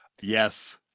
yes